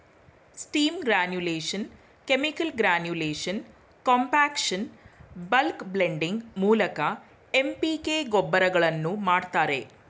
steam granulation, chemical granulation, compaction, bulk blending ಮೂಲಕ MPK ಗೊಬ್ಬರಗಳನ್ನು ಮಾಡ್ತರೆ